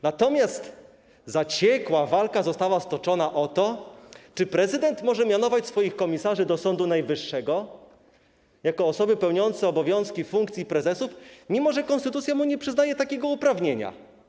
Natomiast zaciekła walka została stoczona o to, czy prezydent może mianować swoich komisarzy do Sądu Najwyższego jako osoby pełniące obowiązki prezesów, mimo że konstytucja nie przyznaje mu takiego uprawnienia.